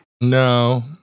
No